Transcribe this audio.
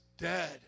dead